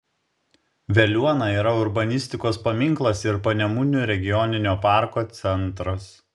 veliuona yra urbanistikos paminklas ir panemunių regioninio parko centras